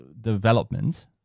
development